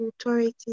authority